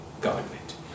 government